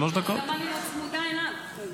אז למה אני לא צמודה אליו?